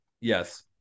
Yes